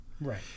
Right